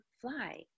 fly